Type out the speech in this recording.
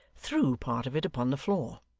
threw part of it upon the floor.